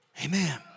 Amen